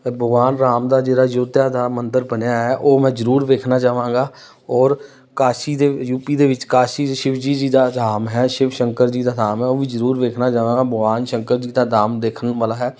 ਪਰ ਭਗਵਾਨ ਰਾਮ ਦਾ ਜਿਹੜਾ ਅਯੋਧਿਆ ਦਾ ਮੰਦਰ ਬਣਿਆ ਹੈ ਉਹ ਮੈਂ ਜ਼ਰੂਰ ਵੇਖਣਾ ਚਾਵਾਂਗਾ ਔਰ ਕਾਸ਼ੀ ਦੇ ਯੂ ਪੀ ਦੇ ਵਿੱਚ ਕਾਸ਼ੀ ਸ਼ਿਵਜੀ ਜੀ ਦਾ ਧਾਮ ਹੈ ਸ਼ਿਵ ਸ਼ੰਕਰ ਜੀ ਦਾ ਧਾਮ ਹੈ ਉਹ ਵੀ ਜ਼ਰੂਰ ਦੇਖਣਾ ਚਾਹਵਾਂਗਾ ਭਗਵਾਨ ਸ਼ੰਕਰ ਜੀ ਦਾ ਧਾਮ ਦੇਖਣ ਵਾਲਾ ਹੈ